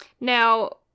Now